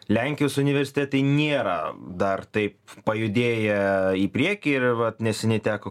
lenkijos universitetai nėra dar taip pajudėję į priekį ir vat neseniai teko